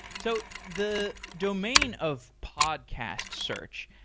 so, the domain of podcast search,